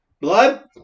blood